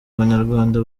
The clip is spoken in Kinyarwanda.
abanyarwanda